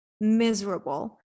miserable